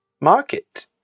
market